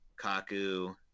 Kaku